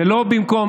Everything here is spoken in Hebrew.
זה לא במקום,